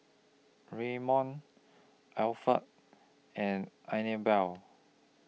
Ramon Alferd and Anibal